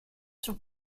sur